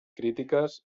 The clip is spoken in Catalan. crítiques